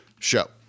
show